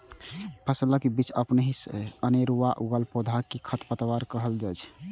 फसलक बीच अपनहि अनेरुआ उगल पौधा कें खरपतवार कहल जाइ छै